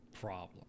problem